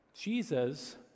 Jesus